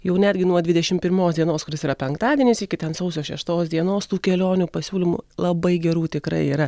jau netgi nuo dvidešim pirmos dienos kuris yra penktadienis iki sausio šeštos dienos tų kelionių pasiūlymų labai gerų tikrai yra